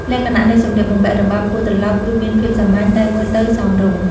លក្ខណៈនៃសម្លៀកបំពាក់របាំគោះត្រឡោក គឺមានភាពសាមញ្ញ តែមើលទៅសមរម្យ ។